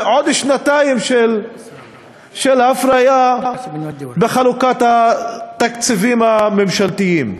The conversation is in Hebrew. זה עוד שנתיים אפליה בחלוקת התקציבים הממשלתיים.